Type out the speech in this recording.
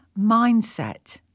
mindset